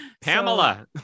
pamela